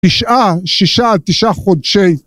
תשעה, שישה, תשעה חודשי